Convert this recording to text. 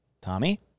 Tommy